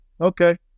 okay